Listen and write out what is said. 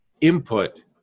input